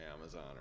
Amazon